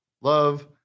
love